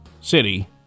City